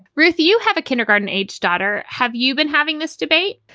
ruth, you have a kindergarten age daughter. have you been having this debate?